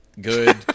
good